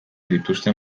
dituzten